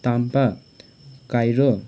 Tampa Kryo